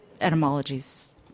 etymologies